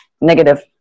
negative